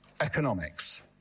economics